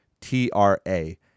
T-R-A